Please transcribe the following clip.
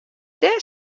dêr